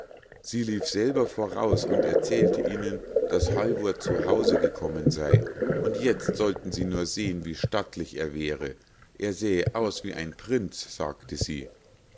sie lief selber voraus und erzählte ihnen daß halvor zu hause gekommen sei und jetzt sollten sie nur sehen wie stattlich er wäre er sähe aus wie ein prinz sagte sie